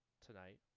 tonight